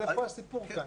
אז איפה הסיפור כאן?